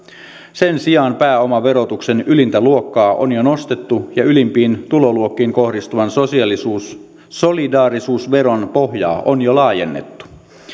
sen sijaan pääomaverotuksen ylintä luokkaa on jo nostettu ja ylimpiin tuloluokkiin kohdistuvan solidaarisuusveron solidaarisuusveron pohjaa on jo laajennettu